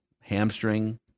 hamstring